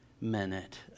minute